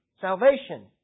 salvation